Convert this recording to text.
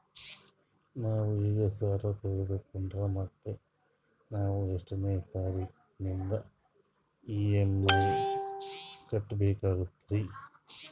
ನಾವು ಈಗ ಸಾಲ ತೊಗೊಂಡ್ರ ಮತ್ತ ನಾವು ಎಷ್ಟನೆ ತಾರೀಖಿಲಿಂದ ಇ.ಎಂ.ಐ ಕಟ್ಬಕಾಗ್ತದ್ರೀ?